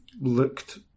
looked